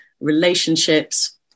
relationships